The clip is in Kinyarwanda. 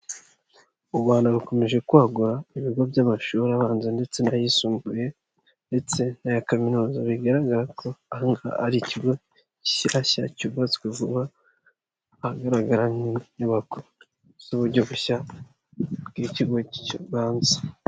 U Rwanda rukomeje kwagura ibigo by'amashuri abanza ndetse n'ayisumbuye ndetse n'aya kaminuza, bigaragara ko aha ngaha ari ikigo gishyashya cyubatswe vuba, ahagaragara nk'inyubako z'uburyo bushya bw'ikigo kibanze.